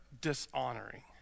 dishonoring